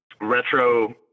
retro